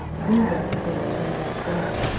we were at h. on that day.